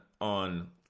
on